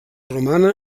romana